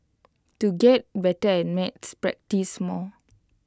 to get better at maths practise more